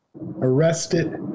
arrested